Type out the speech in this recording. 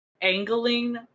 angling